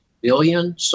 billion